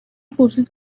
پرسید